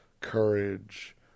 courage